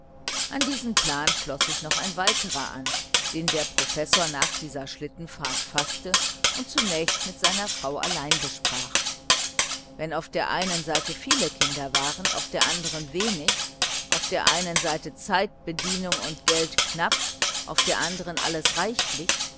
an diesen plan schloß sich noch ein weiterer an den der professor nach dieser schlittenfahrt faßte und zunächst mit seiner frau allein besprach wenn auf der einen seite viele kinder waren auf der anderen wenig auf der einen seite zeit bedienung und geld knapp auf der andern alles reichlich